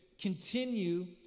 continue